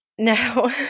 No